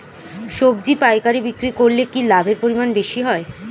সবজি পাইকারি বিক্রি করলে কি লাভের পরিমাণ বেশি হয়?